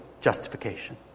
justification